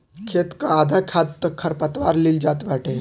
खेत कअ आधा खाद तअ खरपतवार लील जात बाटे